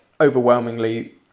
overwhelmingly